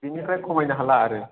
बेनिफ्राय खमायनो हाला आरो